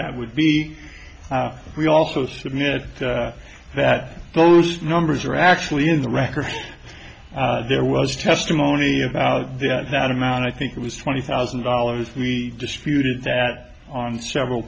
that would be we also submit that those numbers are actually in the record there was testimony about that amount i think it was twenty thousand dollars we disputed that on several